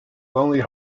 lonely